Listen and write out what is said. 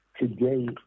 today